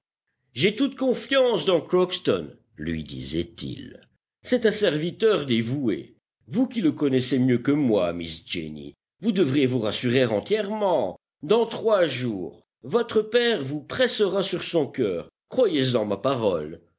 j'ai toute confiance dans crockston lui disait-il c'est un serviteur dévoué vous qui le connaissez mieux que moi miss jenny vous devriez vous rassurer entièrement dans trois jours votre père vous pressera sur son cœur croyez-en ma parole